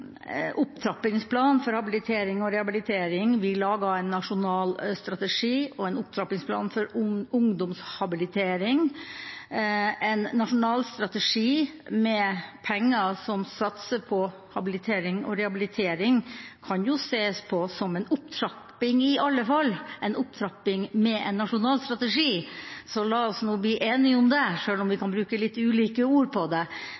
for habilitering og rehabilitering: Vi laget en nasjonal strategi og en opptrappingsplan for ungdomshabilitering. En nasjonal strategi med penger som satser på habilitering og rehabilitering, kan jo ses på som en opptrapping i alle fall – en opptrapping med en nasjonal strategi. Så la oss nå bli enige om det, sjøl om vi kan bruke litt ulike ord på det.